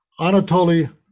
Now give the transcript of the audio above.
anatoly